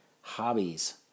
hobbies